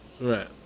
Right